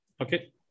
okay